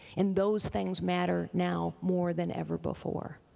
and those things matter now more than ever before.